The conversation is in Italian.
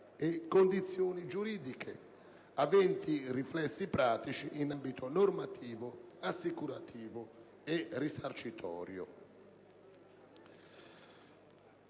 e condizioni giuridiche aventi riflessi pratici in ambito normativo, assicurativo e risarcitorio.